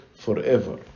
forever